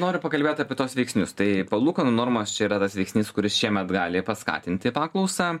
noriu pakalbėti apie tuos veiksnius tai palūkanų normos čia yra tas veiksnys kuris šiemet gali paskatinti paklausą